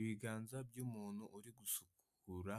Ibiganza by'umuntu uri gusukura